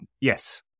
yes